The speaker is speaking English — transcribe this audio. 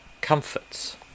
comforts